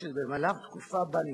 תודה רבה.